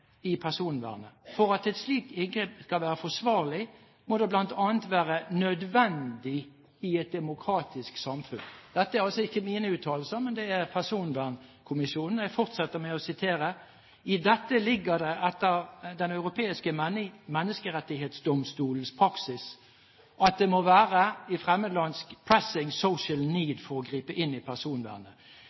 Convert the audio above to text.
i personvernet. For at et slikt inngrep skal være forsvarlig må det bl.a. være nødvendig i et demokratisk samfunn.» Dette er altså ikke mine uttalelser, men det er Personvernkommisjonens, og jeg fortsetter med å sitere: «I dette ligger det etter Den Europeiske Menneskerettighetsdomstolens praksis at det må være» – på fremmedlandsk – «en «pressing social need» for å gripe inn i personvernet.